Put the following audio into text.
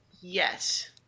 Yes